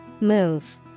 Move